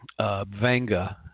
vanga